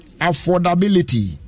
Affordability